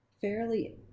fairly